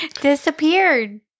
disappeared